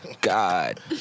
God